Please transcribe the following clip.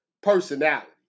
personality